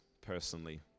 personally